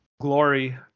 Glory